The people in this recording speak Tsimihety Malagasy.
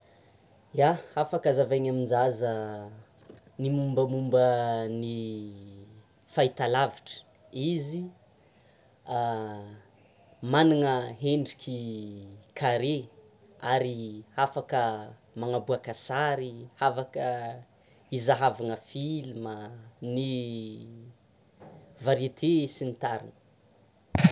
Ia! Hafaka hazavaina amin-jaza ny mombamomba ny fahitalavitra, izy manana hendriky carré ary hafaka manaboaka sary, hafaka hizahavana film, ny variétés sy ny tariny.